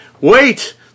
wait